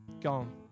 gone